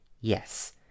Yes